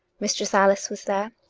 mistress alice was there,